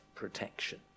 protection